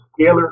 scalar